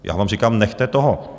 Já vám říkám, nechte toho!